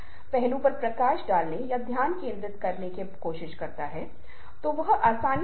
queen Elizabeth ने शायद किसी समय प्रतीक को भ्रमित किया था और इसके लिए बहुत क्षमा मांगनी पड़ी थी